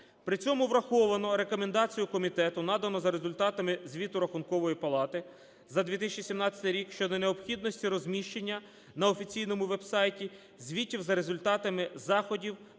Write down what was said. При цьому враховано рекомендацію комітету, надану за результатами звіту Рахункової палати за 2017 рік, щодо необхідності розміщення на офіційному веб-сайті звітів за результатами заходів